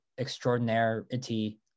extraordinarity